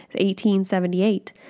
1878